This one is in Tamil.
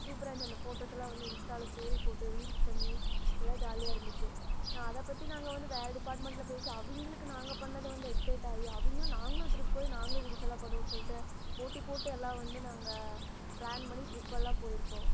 சூப்பராருந்துச்சு அந்த ஃபோட்டோஸ் எல்லாம் வந்து இன்ஸ்ட்டாவில் ஸ்டோரி போட்டு ரீல்ஸ் பண்ணி நல்லா ஜாலியாருந்துச்சு அதை பற்றி நாங்கள் வந்து வேறு டிப்பார்ட்மென்டில் பேசி அவிங்களுக்கு நாங்கள் பண்ணதை வந்து எக்ஸைட் ஆகி அவிங்களும் நாங்களும் ட்ரிப் போய் நாங்களே ரீல்ஸ் எல்லாம் பண்ணுவோம்னு சொல்லிட்டு போட்டி போட்டு எல்லாம் வந்து நாங்க ப்ளான் பண்ணி ட்ரிப் எல்லாம் போயிருக்கோம்